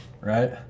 right